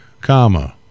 comma